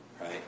right